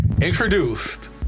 introduced